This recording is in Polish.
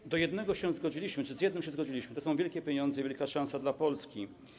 Co do jednego się zgodziliśmy czy z jednym się zgodziliśmy: to są wielkie pieniądze i wielka szansa dla Polski.